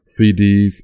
CDs